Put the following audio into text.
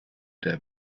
der